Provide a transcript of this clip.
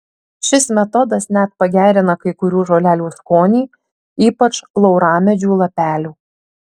šis metodas net pagerina kai kurių žolelių skonį ypač lauramedžių lapelių